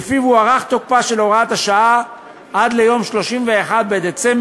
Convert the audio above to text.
ולפיו הוארך תוקפה של הוראת השעה עד יום 31 בדצמבר